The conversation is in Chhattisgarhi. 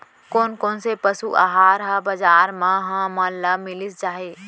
कोन कोन से पसु आहार ह बजार म हमन ल मिलिस जाही?